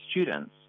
students